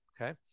Okay